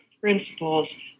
principles